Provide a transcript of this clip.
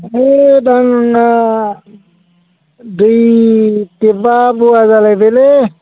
होइत आंना दै थेपआ बया जालायबायलै